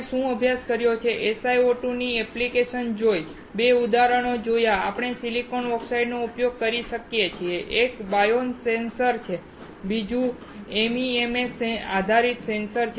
આપણે શું અભ્યાસ કર્યો છે SiO2 ની એપ્લિકેશન જોઈ 2 ઉદાહરણો જ્યાં આપણે સિલિકોન ડાયોક્સાઈડનો ઉપયોગ કરી શકીએ એક બાયોસેન્સર છે જ્યારે બીજું MEMS આધારિત સેન્સર છે